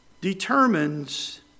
determines